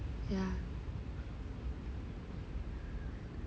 yeah